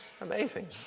Amazing